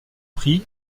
prix